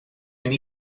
mynd